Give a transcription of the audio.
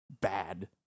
bad